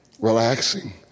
relaxing